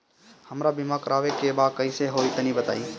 हमरा बीमा करावे के बा कइसे होई तनि बताईं?